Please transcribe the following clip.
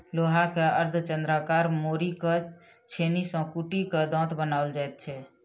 लोहा के अर्धचन्द्राकार मोड़ि क छेनी सॅ कुटि क दाँत बनाओल जाइत छै